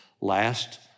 last